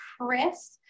Chris